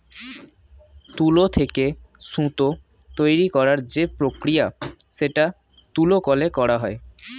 তুলো থেকে সুতো তৈরী করার যে প্রক্রিয়া সেটা তুলো কলে করা হয়